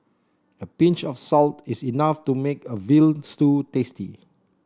a pinch of salt is enough to make a veal stew tasty